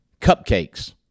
Cupcakes